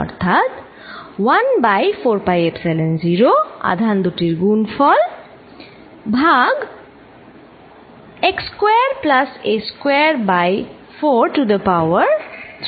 অর্থাৎ1বাই 4 pi epsilon আধান দুটির গুণফলQq ভাগ x square plus a square by 4 to the power 32